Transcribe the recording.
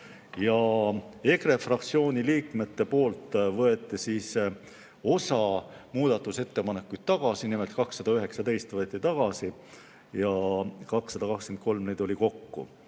EKRE fraktsiooni liikmed võtsid osa muudatusettepanekuid tagasi, nimelt 219 võeti tagasi ja 223 neid oli kokku.